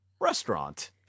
restaurant